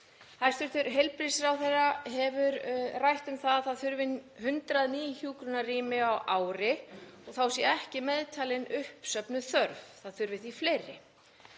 Hæstv. heilbrigðisráðherra hefur rætt um að það þurfi 100 ný hjúkrunarrými á ári og þá sé ekki meðtalin uppsöfnuð þörf, það þurfi því fleiri.